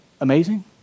amazing